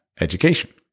education